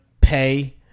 pay